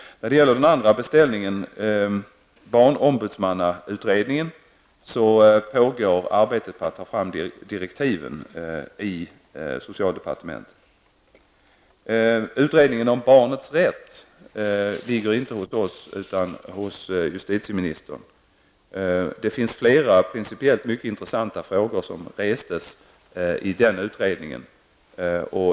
När det gäller den andra beställningen, om barnombudsmannautredningen, pågår arbetet i socialdepartementet med att ta fram direktiven. Utredningen om barnets rätt ligger inte hos oss utan hos justitieministern. Flera principiellt mycket intressanta frågor har rests i den utredningen.